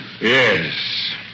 Yes